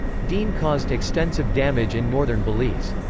dean caused extensive damage in northern belize.